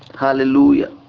Hallelujah